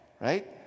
right